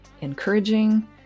encouraging